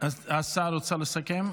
השר רוצה לסכם?